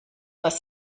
was